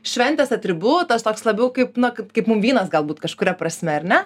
šventės atributas toks labiau kaip na kaip kaip mum vynas galbūt kažkuria prasme ar ne